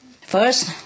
First